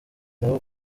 nabo